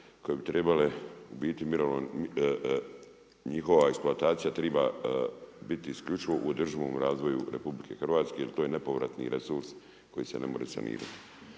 koje bi trebale u biti njihova eksploatacija triba biti isključivo u održivom razvoju RH jer to je nepovratni resurs koji se ne more sanirati.